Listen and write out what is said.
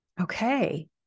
Okay